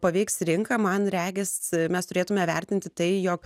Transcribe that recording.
paveiks rinką man regis mes turėtume vertinti tai jog